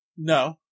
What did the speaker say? No